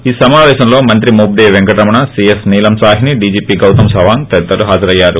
ఈ సమావేశంలో మంత్రి మోపిదేవి పెంకటరమణ సీఎస్ నీలం సాహ్ని డీజీపీ గౌతమ్ సవాంగ్ తదితరులు హాజరయ్యారు